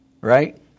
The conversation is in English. right